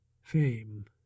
fame